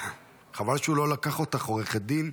חבל שהוא לא לקח אותך עורכת דין,